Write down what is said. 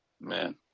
Man